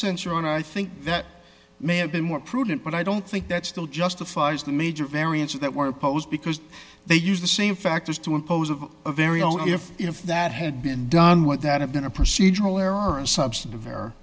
sense your honor i think that may have been more prudent but i don't think that still justifies the major variance that were imposed because they used the same factors to impose a very oh if that had been done with that had been a procedural errors substantive